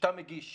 שכשאתה מגיש